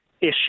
issue